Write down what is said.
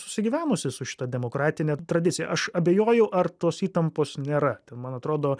susigyvenusi su šita demokratine tradicija aš abejoju ar tos įtampos nėra ten man atrodo